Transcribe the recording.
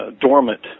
dormant